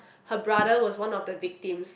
her brother was one of the victims